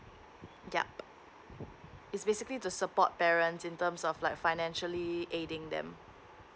yup it's basically to support parents in terms of like financially aiding them